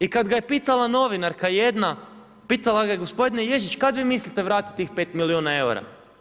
I kada ih je pitala novinarka jedna, pitala ga je gospodine Ježić, kada vi mislite vratiti tih 5 milijuna eura?